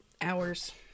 hours